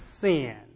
sin